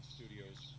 Studios